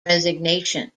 resignation